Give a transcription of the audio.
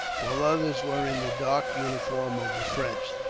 while others were in the dark uniform of the french.